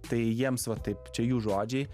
tai jiems va taip čia jų žodžiai